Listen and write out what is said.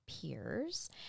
peers